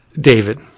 David